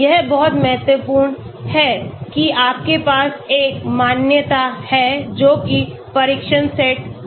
यह बहुत महत्वपूर्ण है कि आपके पास एक मान्यता है जो कि परीक्षण सेट है